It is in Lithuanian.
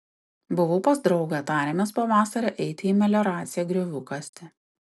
buvau pas draugą tarėmės pavasarį eiti į melioraciją griovių kasti